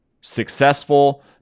successful